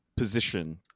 position